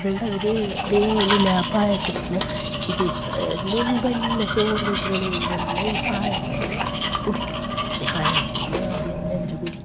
അതുകൊണ്ട് അവർ വെനെ ആ പായസത്തിനെ ഇത് മുമ്പ് തന്നെ ചോറ് വയ്ക്കുന്നതിന്റെ മുമ്പ് തന്നെ പായസത്തെ കുടിക്കും പായസത്തിനെ ആദ്യം അവർ കുടിക്കും